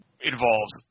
involves